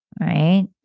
right